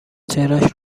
چهرهاش